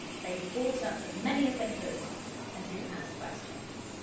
they bought up as many as they could and didn't ask questions